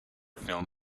film